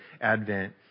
Advent